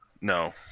No